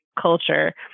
culture